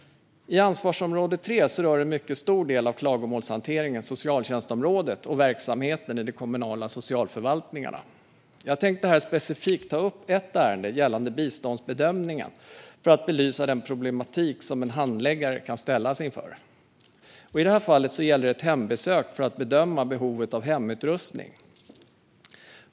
I ansvarsområde 3 rör en mycket stor del av klagomålshanteringen socialtjänstområdet och verksamheten i de kommunala socialförvaltningarna. Jag tänkte här specifikt ta upp ett ärende gällande biståndsbedömning för att belysa den problematik som handläggarna kan ställas inför. Det gäller ett hembesök för att bedöma behovet av hemutrustning.